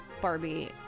barbie